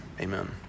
Amen